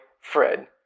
Fred